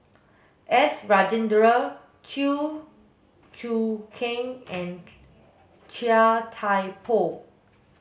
S Rajendran Chew Choo Keng and Chia Thye Poh